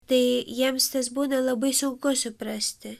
tai jiems tas būna labai sunku suprasti